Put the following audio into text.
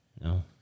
No